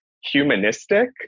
humanistic